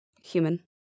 human